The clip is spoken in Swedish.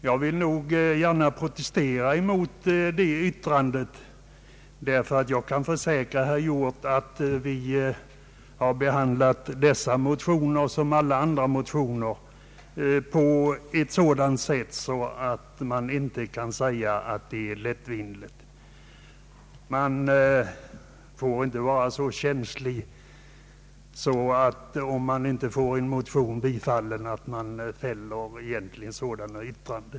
Jag vill nog protestera mot detta, därför att jag kan försäkra herr Hjorth att vi behandlat motionerna i fråga som alla andra, d. v. s. på ett sätt som inte kan anses vara lättvindigt. Man får inte vara så känslig att man fäller sådana yttranden om ens motion inte blir bifalien.